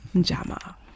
Jama